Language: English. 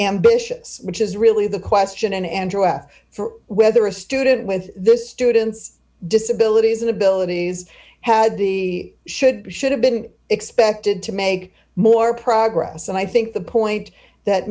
ambitious which is really the question andrew asked for whether a student with those students disabilities and abilities had the should or should have been expected to make more progress and i think the point that